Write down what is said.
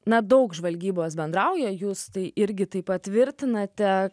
nedaug žvalgybos bendrauja jūs tai irgi tai patvirtinate